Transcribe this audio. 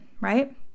right